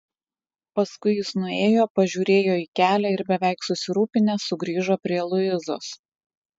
paskui jis nuėjo pažiūrėjo į kelią ir beveik susirūpinęs sugrįžo prie luizos